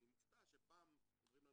ואני מופתע שפעם אומרים לנו,